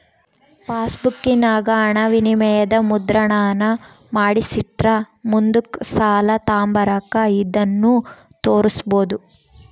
ಪಾಸ್ಬುಕ್ಕಿನಾಗ ಹಣವಿನಿಮಯದ ಮುದ್ರಣಾನ ಮಾಡಿಸಿಟ್ರ ಮುಂದುಕ್ ಸಾಲ ತಾಂಬಕಾರ ಇದನ್ನು ತೋರ್ಸ್ಬೋದು